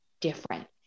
different